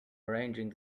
arranging